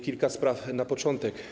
Kilka spraw na początek.